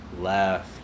left